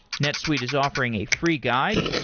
netsuite is offering a free guide,